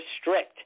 strict